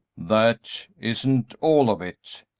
that isn't all of it,